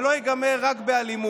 זה לא ייגמר רק באלימות.